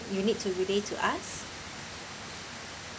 you need to relay to us